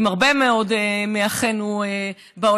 עם הרבה מאוד מאחינו בעולם,